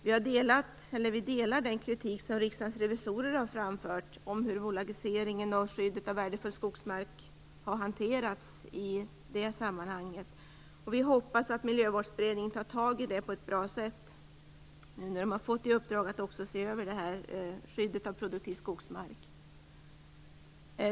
Vi delar den kritik som Riksdagens revisorer har framfört om hur bolagiseringen och skyddet av värdefull skogsmark har hanterats i det sammanhanget. Vi hoppas att Miljövårdsberedningen tar tag i det på ett bra sätt när den nu har fått i uppdrag att också se över skyddet av produktiv skogsmark.